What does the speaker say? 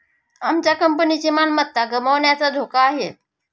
आमच्या कंपनीची मालमत्ता गमावण्याचा धोका आहे